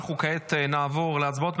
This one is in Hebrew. אנחנו כעת נעבור להצבעות.